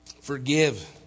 Forgive